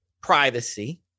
privacy